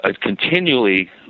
continually